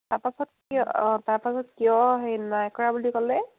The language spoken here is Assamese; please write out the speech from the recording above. তাৰ পাছত কিয় অঁ তাৰ পাছত কিয় হেৰি নাই কৰা বুলি ক'লে